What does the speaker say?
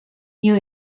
new